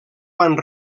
van